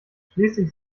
schließlich